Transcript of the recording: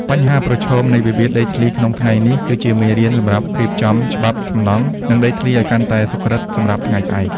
បញ្ហាប្រឈមនៃវិវាទដីធ្លីក្នុងថ្ងៃនេះ គឺជាមេរៀនសម្រាប់រៀបចំច្បាប់សំណង់ និងដីធ្លីឱ្យកាន់តែសុក្រឹតសម្រាប់ថ្ងៃស្អែក។